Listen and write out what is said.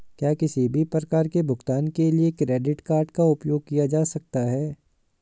क्या किसी भी प्रकार के भुगतान के लिए क्रेडिट कार्ड का उपयोग किया जा सकता है?